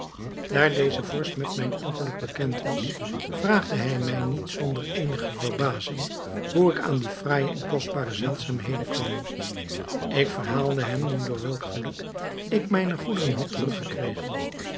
daar deze vorst met mijn ongeluk bekend was vraagde hij mij niet zonder eenige verbazing hoe ik aan die fraaije en kostbare zeldzaamheden kwam ik verhaalde hem nu door welk geluk ik mijne goederen had